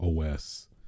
OS